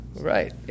Right